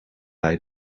bij